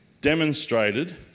demonstrated